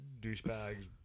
douchebags